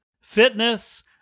fitness